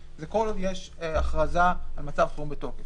זה כל עוד יש הכרזה על מצב חירום בתוקף.